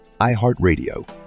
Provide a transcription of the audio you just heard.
iHeartRadio